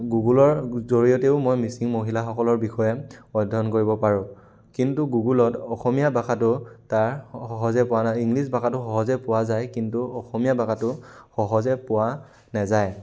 গুগলৰ জৰিয়তেেও মই মিচিং মহিলাসকলৰ বিষয়ে অধ্যয়ন কৰিব পাৰোঁ কিন্তু গুগলত অসমীয়া ভাষাটো তাৰ সহজে পোৱা নাই ইংলিছ ভাষাটো সহজে পোৱা যায় কিন্তু অসমীয়া ভাষাটো সহজে পোৱা নেযায়